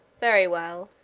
very well,